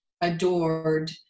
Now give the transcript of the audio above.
adored